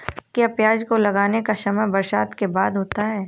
क्या प्याज को लगाने का समय बरसात के बाद होता है?